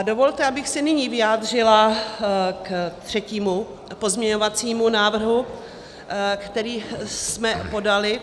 Dovolte, abych se nyní vyjádřila ke třetímu pozměňovacímu návrhu, který jsme podali.